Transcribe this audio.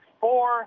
four